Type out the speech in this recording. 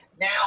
Now